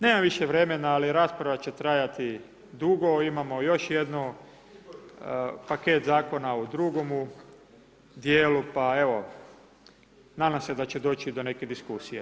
Nemam više vremena, ali rasprava će trajati dugo, imamo još jedan paket zakona u drugomu djelu pa evo, nadam se da će doći do neke diskusije.